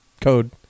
code